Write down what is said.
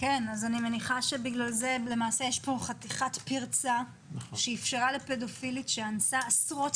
יש פה חתיכת פרצה שאפשרה לפדופילית שאנסה עשרות